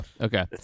Okay